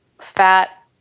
fat